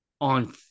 on